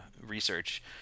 research